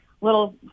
little